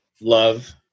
love